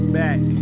back